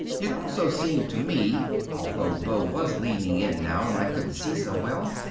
it also seemed to me, although beau was leaning in now and i couldn't see so well,